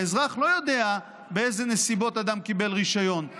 האזרח לא יודע באיזה נסיבות אדם קיבל רישיון.